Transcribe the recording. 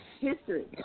History